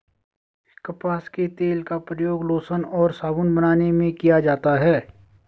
कपास के तेल का प्रयोग लोशन और साबुन बनाने में किया जाता है